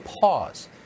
pause